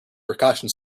percussion